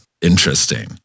interesting